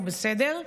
הוא בסדר,